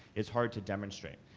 is hard to demonstrate.